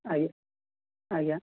ଆଜ୍ଞା ଆଜ୍ଞା